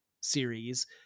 series